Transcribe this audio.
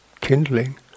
kindling